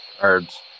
Cards